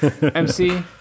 MC